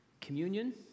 communion